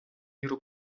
міру